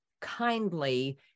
kindly